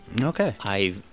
Okay